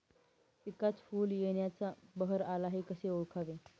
पिकात फूल येण्याचा बहर आला हे कसे ओळखावे?